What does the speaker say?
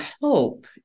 hope